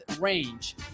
range